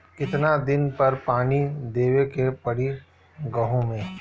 कितना दिन पर पानी देवे के पड़ी गहु में?